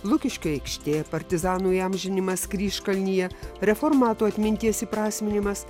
lukiškių aikštė partizanų įamžinimas kryžkalnyje reformatų atminties įprasminimas